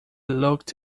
looked